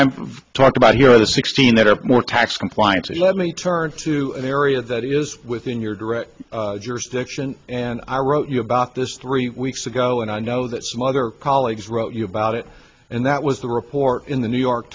i'm talk about here are the sixteen that are more tax compliance and let me turn to an area that is within your direct jurisdiction and i wrote your about this three weeks ago and i know that some other colleagues wrote about it and that was the report in the new york